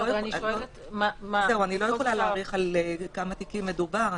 אני לא יודעת להעריך בכמה תיקים מדובר.